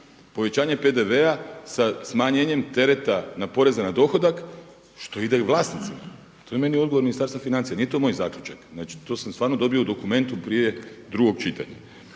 povećanje PDV-a sa smanjenjem terete poreza na dohodak što ide i vlasnicima. To je meni odgovor Ministarstva financija, nije to moj zaključak. Znači to sam stvarno dobio u dokumentu prije drugog čitanja.